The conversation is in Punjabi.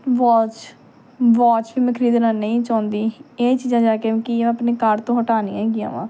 ਵੋਚ ਵੋਚ ਵੀ ਮੈਂ ਖਰੀਦਣਾ ਨਹੀਂ ਚਾਹੁੰਦੀ ਇਹ ਚੀਜ਼ਾਂ ਜਾ ਕੇ ਕਿ ਮੈਂ ਆਪਣੇ ਕਾਰਟ ਤੋਂ ਹਟਾਉਣੀਆਂ ਹੈਗੀਆਂ ਵਾ